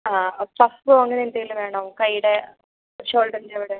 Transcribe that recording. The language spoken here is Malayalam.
ആ പഫ് അങ്ങനെ എന്തെങ്കിലും വേണോ കയ്യിടെ ഷോൾഡറിൻ്റെ അവിടെ